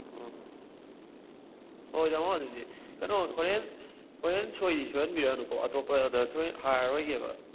ꯑꯣ ꯍꯣꯏ ꯇꯥꯃꯣ ꯑꯗꯨꯗꯤ ꯀꯩꯅꯣ ꯍꯣꯔꯦꯟ ꯍꯣꯔꯦꯟ ꯁꯣꯏꯗꯤ ꯁꯣꯏꯍꯟꯕꯤꯔꯛꯑꯅꯨꯀꯣ ꯑꯇꯣꯞꯄꯗ ꯊꯣꯍꯦꯛ ꯍꯥꯏꯔꯔꯣꯏꯒꯦꯕ